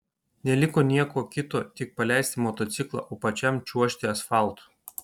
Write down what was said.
neliko nieko kito tik paleisti motociklą o pačiam čiuožti asfaltu